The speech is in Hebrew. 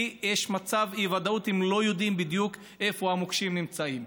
כי יש מצב אי-ודאות: לא יודעים איפה בדיוק המוקשים נמצאים.